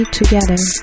together